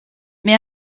mais